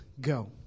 go